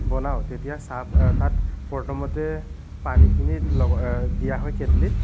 বনাওঁ তেতিয়া চাহ তাত প্ৰথমতে পানীখিনি দিয়া হয় কেটলিত